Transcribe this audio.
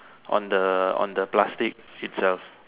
on the on the plastic itself